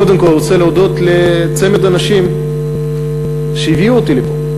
אני קודם כול רוצה להודות לצמד האנשים שהביאו אותי לפה,